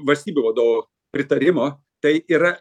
valstybių vadovų pritarimo tai yra